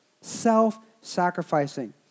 self-sacrificing